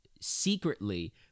secretly